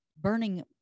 burning